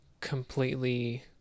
completely